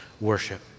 worship